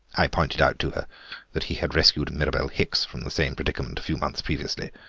i pointed out to her that he had rescued mirabel hicks from the same predicement a few months previously,